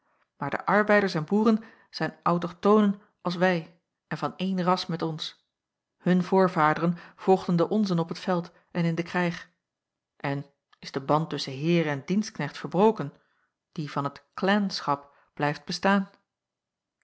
maar de arbeiders en boeren zijn autochtonen als wij en van één ras met ons hun voorvaderen volgden de onzen op t veld en in den krijg en is de band tusschen heer en dienstknecht verbroken die van het clan schap blijft bestaan